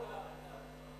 נפתר.